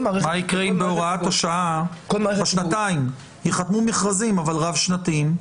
מה יקרה אם בהוראת השעה בשנתיים ייחתמו מכרזים אבל רב-שנתיים?